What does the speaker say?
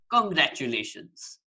Congratulations